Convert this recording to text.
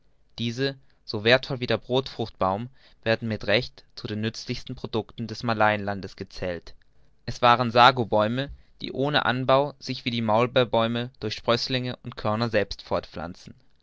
diese so werthvoll wie der brodfruchtbaum werden mit recht zu den nützlichsten producten des malayenlandes gezählt es waren sagobäume die ohne anbau sich wie die maulbeerbäume durch sprößlinge und körner